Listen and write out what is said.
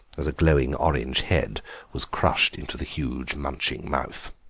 as a glowing orange head was crushed into the huge munching mouth.